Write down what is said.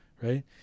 right